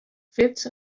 fets